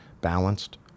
balanced